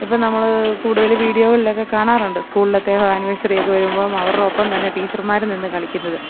ഇപ്പം നമ്മൾ കൂടുതൽ വീഡിയോകളിലൊക്കെ കാണാറുണ്ട് സ്കൂളുകളിലത്തെ ആനിവേഴ്സറിയെക്കെ വരുമ്പം അവരുടെ ഒപ്പം തന്നെ ടീച്ചർമാരും നിന്ന് കളിക്കുന്നത്